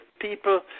people